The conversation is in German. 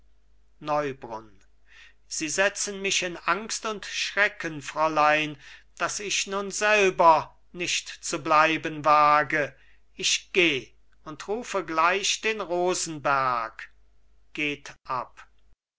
neubrunn sie setzen mich in angst und schrecken fräulein daß ich nun selber nicht zu bleiben wage ich geh und rufe gleich den rosenberg geht ab